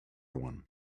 one